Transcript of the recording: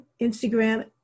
Instagram